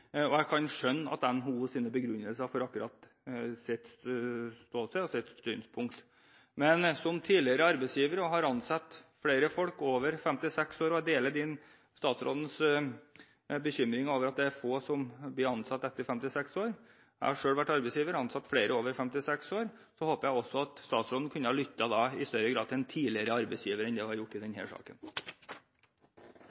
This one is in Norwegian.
Jeg kan skjønne NHOs begrunnelser ut fra akkurat deres ståsted og deres synspunkt. Men som tidligere arbeidsgiver som har ansatt flere folk over 56 år, deler jeg statsrådens bekymring over at det er så få som blir ansatt etter at de er 56 år. Jeg har selv vært arbeidsgiver og ansatt flere over 56 år, så jeg håpet at statsråden i større grad kunne ha lyttet til en tidligere arbeidsgiver enn det hun har gjort i